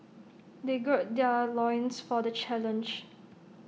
they gird their loins for the challenge